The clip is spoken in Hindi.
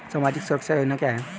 सामाजिक सुरक्षा योजना क्या है?